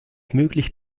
möglich